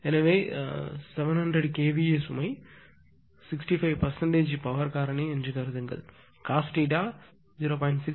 எனவே 700 kVA சுமை 65 power காரணி என்று கருதுங்கள் cos 𝜃 0